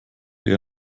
eher